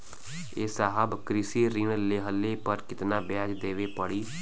ए साहब कृषि ऋण लेहले पर कितना ब्याज देवे पणी?